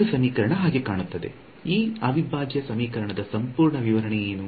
ಒಂದು ಸಮೀಕರಣ ಹಾಗೆ ಕಾಣುತ್ತದೆಈ ಅವಿಭಾಜ್ಯ ಸಮೀಕರಣದ ಸಂಪೂರ್ಣ ವಿವರಣೆ ಏನು